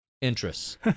interests